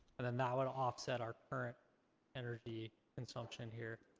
and then that would offset our current energy consumption here,